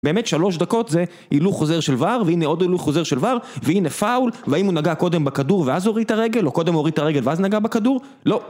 באמת שלוש דקות זה הילוך חוזר של וער, והנה עוד הילוך חוזר של וער, והנה פאול, והאם הוא נגע קודם בכדור ואז הוריד את הרגל, או קודם הוא הוריד את הרגל ואז נגע בכדור, לא.